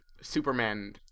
superman